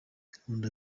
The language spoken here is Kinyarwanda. nkunda